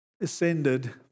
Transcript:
ascended